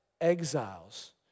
exiles